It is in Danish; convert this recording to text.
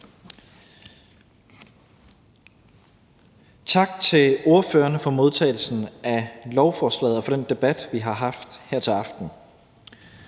Tak til ordførerne for modtagelsen af lovforslaget og for den debat, vi har haft her til aften.